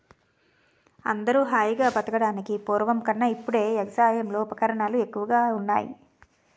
అందరూ హాయిగా బతకడానికి పూర్వం కన్నా ఇప్పుడే ఎగసాయంలో ఉపకరణాలు ఎక్కువగా ఉన్నాయ్